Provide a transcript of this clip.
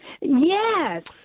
Yes